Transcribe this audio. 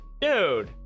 Dude